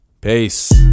Peace